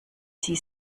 sie